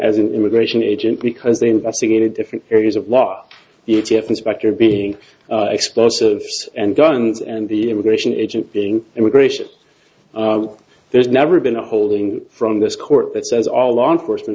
as an immigration agent because they investigated different areas of law the a t f inspector being explosives and guns and the immigration agent being immigration there's never been a holding from this court that says our law enforcement